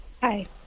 hi